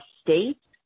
states